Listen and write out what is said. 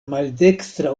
maldekstra